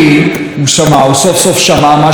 הוא סוף-סוף שמע מה שאמרו לו,